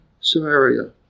Samaria